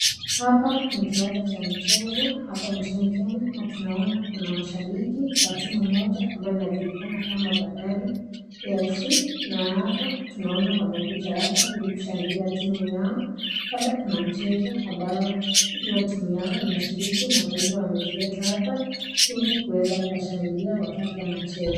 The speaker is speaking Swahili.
Hapa ni kiwanja cha michezo kenya na tunaona kuna mashabiki wa timu moja ambayo inajulikana kama bandari fc na hapa tunaona wamekuja hapa ili kushangilia timu yao labda kuna mchezo ambao hiyo timu yao imeshiriki na kwa hivyo wamejileta hapa ili kuweza kuwashangilia wakati wanacheza.